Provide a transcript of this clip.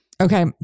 Okay